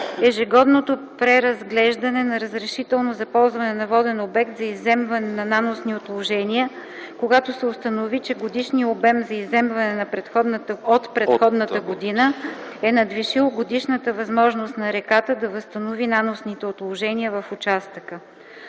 ежегодното преразглеждане на разрешително за ползване на воден обект за изземване на наносни отложения, когато се установи, че годишният обем за изземване от предходната година е надвишил годишната възможност на реката да възстанови наносните отложения в участъка.”